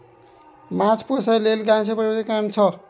माछ पोसय लेल नाहक प्रयोग पुरनका समय सँ भए रहल छै